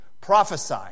Prophesy